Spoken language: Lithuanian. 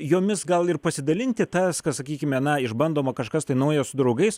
jomis gal ir pasidalinti tas kas sakykime na išbandoma kažkas tai nauja su draugais